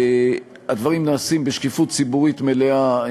הדברים נעשים בשקיפות ציבורית מלאה.